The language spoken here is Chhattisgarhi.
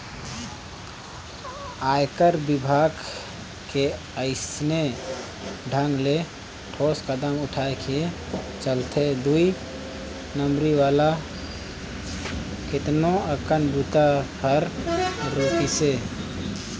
आयकर विभाग के अइसने ढंग ले ठोस कदम उठाय के चलते दुई नंबरी वाला केतनो अकन बूता हर रूकिसे